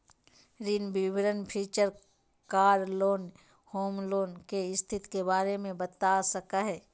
ऋण विवरण feature car loan, home loan, के स्थिति के बारे में बता सका हइ